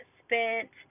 spent